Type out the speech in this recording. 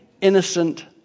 innocent